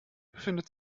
befindet